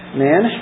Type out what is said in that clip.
man